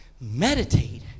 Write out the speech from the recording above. meditate